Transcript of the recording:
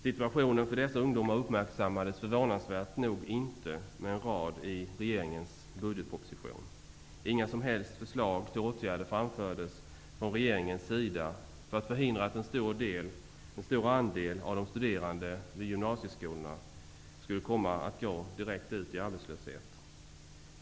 Situationen för dessa ungdomar uppmärksammades förvånansvärt nog inte med en rad i regeringens budgetproposition. Inga som helst förslag till åtgärder framfördes från regeringens sida för att förhindra att en stor andel av de studerande vid gymnasieskolorna skulle komma att gå direkt ut i arbetslöshet.